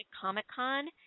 Comic-Con